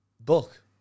Book